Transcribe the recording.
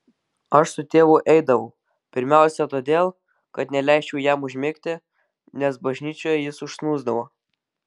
aš su tėvu eidavau pirmiausia todėl kad neleisčiau jam užmigti nes bažnyčioje jis užsnūsdavo